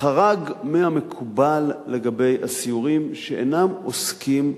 חרג מהמקובל לגבי הסיורים, שאינם עוסקים,